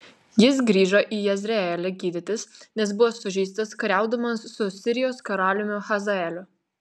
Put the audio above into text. jis grįžo į jezreelį gydytis nes buvo sužeistas kariaudamas su sirijos karaliumi hazaeliu